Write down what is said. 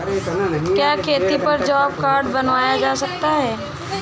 क्या खेती पर जॉब कार्ड बनवाया जा सकता है?